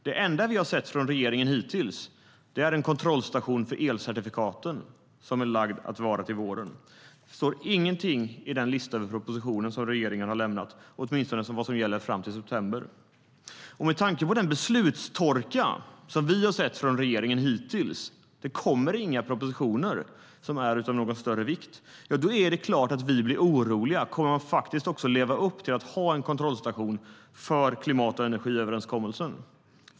Det enda vi har sett från regeringen hittills är en kontrollstation för elcertifikaten som det ska läggas fram förslag om till våren. Det står ingenting om något annat i den lista över propositioner som regeringen har lämnat, åtminstone inte i den som gäller fram till september. Med tanke på den beslutstorka som vi hittills har sett från regeringen kommer det inte några propositioner som är av någon större vikt. Då är det klart att vi blir oroliga. Kommer man att leva upp till att ha en kontrollstation för klimat och energiöverenskommelsen?